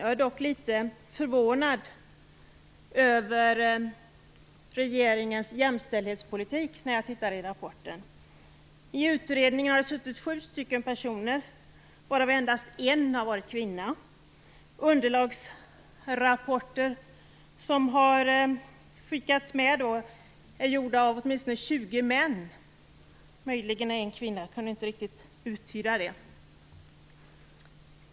Jag är dock litet förvånad över regeringens jämställdhetspolitik. I utredningen har det suttit sju personer, varav endast en är kvinna. Underlagsrapporter som har skickats med är gjorda av åtminstone 20 män, men det är möjligt att det har varit en kvinna inblandad - jag kunde inte riktigt uttyda det.